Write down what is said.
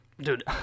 dude